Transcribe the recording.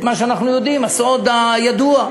מה שאנחנו יודעים, הסוד הידוע.